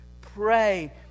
pray